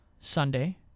Sunday